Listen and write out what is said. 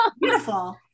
Beautiful